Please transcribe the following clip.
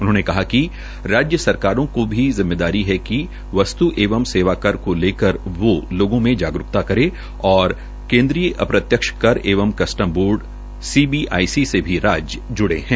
उन्होंने कहा कि राज्य सरकारों की भी जिम्मेदारी वस्तू एवं सेवा कर को लेकर लोगों में जागरूकता लाने की है और केन्द्रीय अप्रत्यक्ष कर एवं कस्टम बोर्ड सीबीआईसी से भी राज्य ज्ड़े है